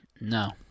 No